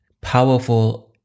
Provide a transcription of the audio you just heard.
powerful